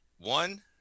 One